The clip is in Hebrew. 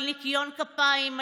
על ניקיון כפיים,